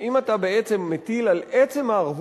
לא, אבל אם אתה בעצם מטיל על עצם הערבות